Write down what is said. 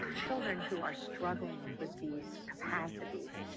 children who are struggling with these capacities.